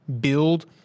build